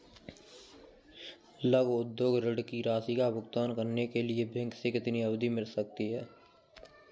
लघु उद्योग ऋण की राशि का भुगतान करने के लिए बैंक से कितनी अवधि मिल सकती है?